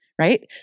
right